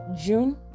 June